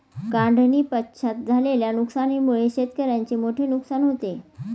काढणीपश्चात झालेल्या नुकसानीमुळे शेतकऱ्याचे मोठे नुकसान होते